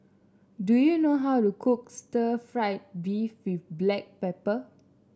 do you know how to cook Stir Fried Beef with Black Pepper